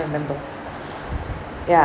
remember ya